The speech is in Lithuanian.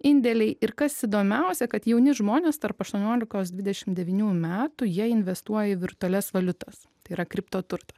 indėliai ir kas įdomiausia kad jauni žmonės tarp aštuoniolikos dvidešim devynių metų jie investuoja į virtualias valiutas yra kriptoturtą